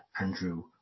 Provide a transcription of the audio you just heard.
Andrew